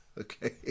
okay